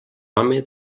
home